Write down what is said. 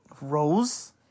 Rose